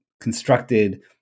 constructed